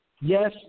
yes